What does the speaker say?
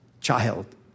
child